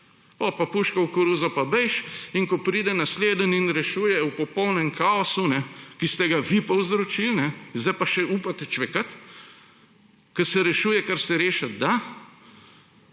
pa puško v koruzo pa beži. In ko pride naslednji in rešuje v popolnem kaosu, ki ste ga vi povzročili, zdaj pa še upate čvekati, ko se rešuje, kar se rešiti da,